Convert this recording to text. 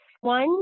one